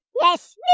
Yes